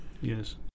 yes